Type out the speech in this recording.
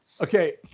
Okay